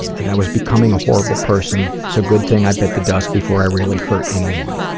that i was becoming a horrible person so good thing i bit the dust before i really hurt anyone.